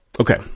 Okay